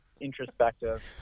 introspective